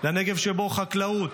לנגב שבו חקלאות,